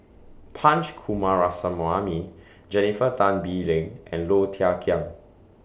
Punch Coomaraswamy Jennifer Tan Bee Leng and Low Thia Khiang